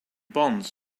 bonds